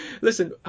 Listen